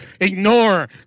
Ignore